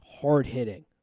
hard-hitting